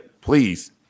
please